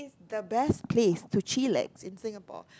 the best place to chillax in Singapore